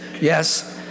Yes